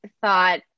thought